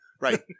Right